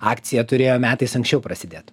akcija turėjo metais anksčiau prasidėt